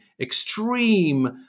extreme